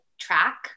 track